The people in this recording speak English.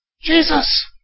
Jesus